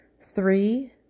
Three